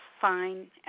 fine